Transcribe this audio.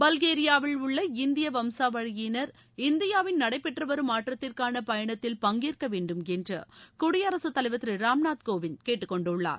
பல்கேரியாவில் உள்ள இந்திய வம்சாவழியினர் இந்தியாவின் நடைபெற்றுவரும் மாற்றத்திற்கான பயணத்தில் பங்கேற்க வேண்டுமென்று குடியரசுத் தலைவர் திரு ராம்நாத் கோவிந்த கேட்டுக்கொண்டுள்ளார்